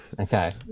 Okay